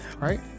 Right